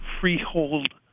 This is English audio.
freehold